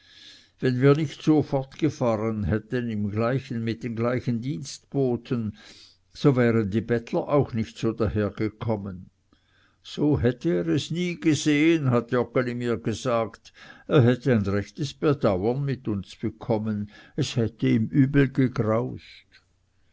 wenn wir nicht so fortgefahren hätten im gleichen mit den gleichen dienstboten so wären die bettler auch nicht so dahergekommen so hätte er es nie gesehen hat joggeli mir gesagt er hätte ein rechtes bedauern mit uns bekommen es hätte ihm übel gegraust